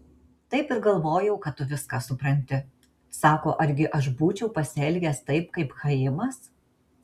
taip ir galvojau kad tu viską supranti sako argi aš būčiau pasielgęs taip kaip chaimas